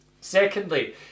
Secondly